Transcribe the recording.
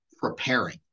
preparing